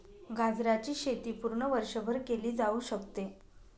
गाजराची शेती पूर्ण वर्षभर केली जाऊ शकते